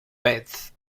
beth